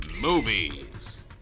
Movies